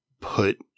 put